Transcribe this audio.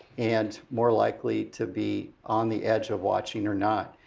and more likely to be on the edge of watching or not.